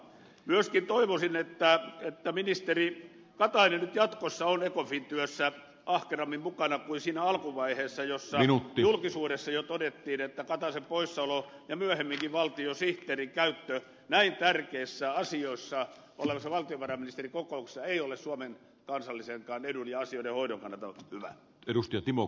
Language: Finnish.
myöskin toivoisin että ministeri katainen jatkossa on ecofin työssä ahkerammin mukana kuin siinä alkuvaiheessa josta julkisuudessa jo todettiin että kataisen poissaolo ja myöhemminkin valtiosihteerin käyttö näin tärkeissä asioissa olevassa valtiovarainministerikokouksessa ei ole suomen kansallisenkaan edun ja asioiden hoidon kannalta hyvä asia